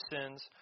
sins